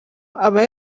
aba